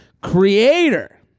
creator